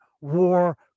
war